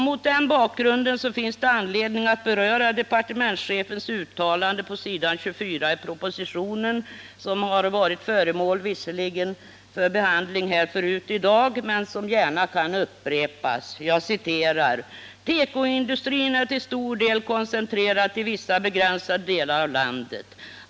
Mot denna bakgrund finns det anledning att citera departementschefens uttalande på s. 24 i propositionen — det har visserligen berörts förut här i dag men kan gärna upprepas: ”Tekoindustrin är till stor del koncentrerad till vissa begränsade delar av landet.